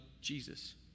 Jesus